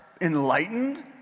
enlightened